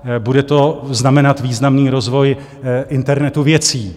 Bude to znamenat významný rozvoj internetu věcí.